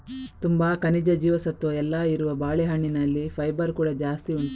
ತುಂಬಾ ಖನಿಜ, ಜೀವಸತ್ವ ಎಲ್ಲ ಇರುವ ಬಾಳೆಹಣ್ಣಿನಲ್ಲಿ ಫೈಬರ್ ಕೂಡಾ ಜಾಸ್ತಿ ಉಂಟು